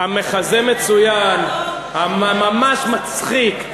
המחזה מצוין, ממש מצחיק.